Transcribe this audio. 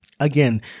Again